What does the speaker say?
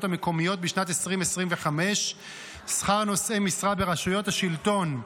המקומיות בשנת 2025. שכר נושאי משרה ברשויות השלטון,